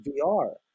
VR